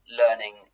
learning